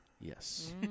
Yes